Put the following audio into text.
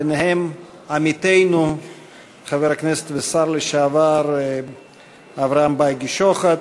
בהם עמיתנו חבר הכנסת והשר לשעבר אברהם בייגה שוחט,